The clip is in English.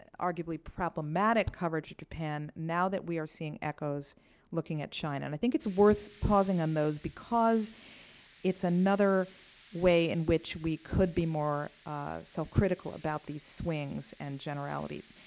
arguably problematic coverage of japan, now that we are seeing echoes looking at china. and i think it's worth pausing on those. because it's another way in which we could be more self-critical about these swings and generalities.